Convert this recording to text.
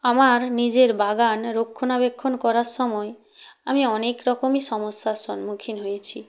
আমার নিজের বাগান রক্ষণাবেক্ষণ করার সময় আমি অনেক রকমই সমস্যার সম্মুখীন হয়েছি